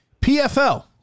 PFL